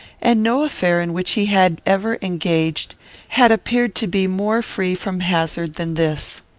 and no affair in which he had ever engaged had appeared to be more free from hazard than this.